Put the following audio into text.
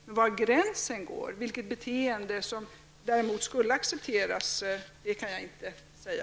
Men var gränsen går, vilket beteende som däremot skulle accepteras, kan jag inte säga.